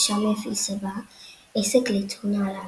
שם הפעיל סבה עסק לייצור נעליים.